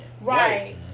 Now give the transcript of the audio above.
right